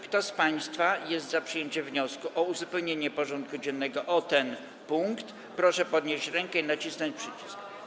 Kto z państwa jest za przyjęciem wniosku o uzupełnienie porządku dziennego o ten punkt, proszę podnieść rękę i nacisnąć przycisk.